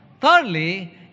Thirdly